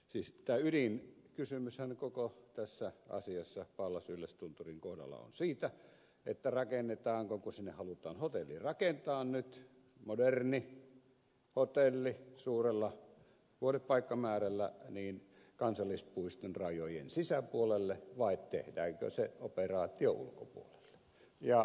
siis tämä ydinkysymyshän koko tässä asiassa pallas yllästunturin kohdalla on se rakennetaanko kun sinne halutaan hotelli rakentaa nyt moderni hotelli suurella vuodepaikkamäärällä kansallispuiston rajojen sisäpuolelle vai tehdäänkö se operaatio ulkopuolelle ja sillä siisti